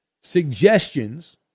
suggestions